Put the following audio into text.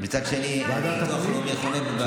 הפנים.